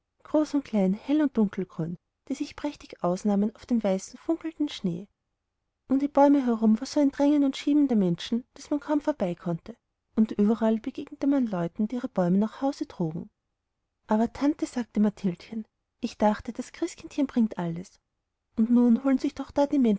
groß und klein hell und dunkelgrün die sich prächtig ausnahmen auf dem weißen funkelnden schnee um die bäume herum war ein drängen und schieben der menschen daß man kaum vorbeikonnte und überall begegnete man leuten die ihre bäume nach hause trugen aber tante sagte mathildchen ich dachte das christkindchen bringt alles und nun holen sich doch da die